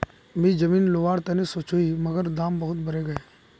मी जमीन लोवर तने सोचौई मगर दाम बहुत बरेगये